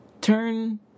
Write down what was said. turn